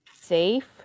safe